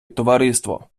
товариство